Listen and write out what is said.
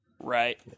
Right